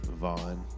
Vaughn